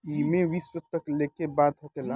एईमे विश्व तक लेके बात होखेला